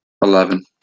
Eleven